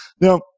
Now